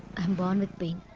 i'm born with pain